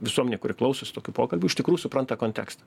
visuomenė kuri klausosi tokių pokalbių iš tikrų supranta kontekstą